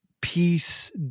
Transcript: peace